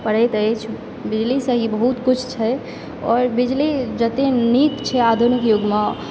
पड़ैत अछि बिजलीसँ ही बहुत कुछ छै आओर बिजली जतय नीक छै आधुनिक युगमऽ